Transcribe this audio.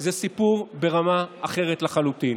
זה סיפור ברמה אחרת לחלוטין.